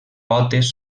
potes